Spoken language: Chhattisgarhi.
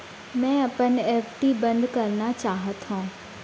मै अपन एफ.डी बंद करना चाहात हव